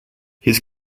his